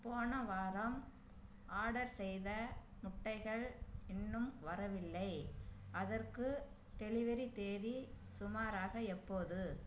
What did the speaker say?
போன வாரம் ஆடர் செய்த முட்டைகள் இன்னும் வரவில்லை அதற்கு டெலிவரி தேதி சுமாராக எப்போது